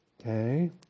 Okay